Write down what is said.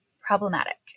problematic